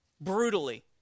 brutally